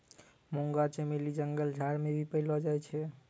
मुंगा चमेली जंगल झाड़ मे भी पैलो जाय छै